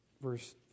verse